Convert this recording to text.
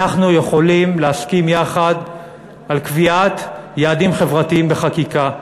אנחנו יכולים להסכים יחד על קביעת יעדים חברתיים בחקיקה,